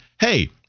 Hey